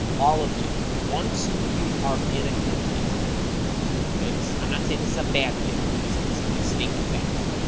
all of you once you are in a company okay this is i'm not saying this is a bad thing i'm just this i'm just stating a fact